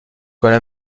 comme